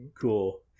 cool